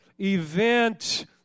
event